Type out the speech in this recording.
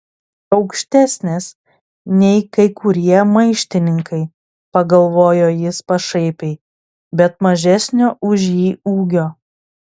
aukštesnės nei kai kurie maištininkai pagalvojo jis pašaipiai bet mažesnio už jį ūgio